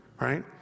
right